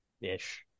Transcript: ish